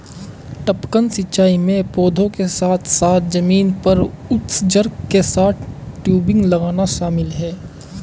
टपकन सिंचाई में पौधों के साथ साथ जमीन पर उत्सर्जक के साथ टयूबिंग लगाना शामिल है